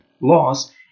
laws